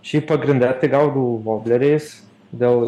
šiaip pagrinde tai gaudau vobleriais dėl